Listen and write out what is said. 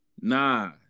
nah